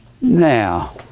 now